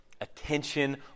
attention